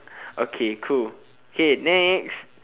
okay cool okay next